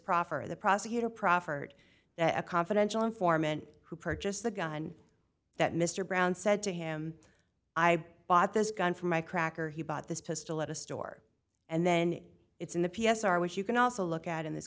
proffer the prosecutor proffered that a confidential informant who purchased the gun that mr brown said to him i bought this gun for my cracker he bought this pistol at a store and then it's in the p s r which you can also look at in this